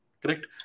Correct